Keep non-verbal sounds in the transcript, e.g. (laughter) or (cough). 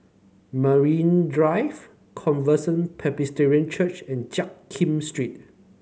Marine Drive Covenant (noise) Presbyterian Church and Jiak Kim Street